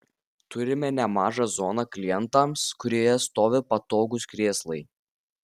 turime nemažą zoną klientams kurioje stovi patogūs krėslai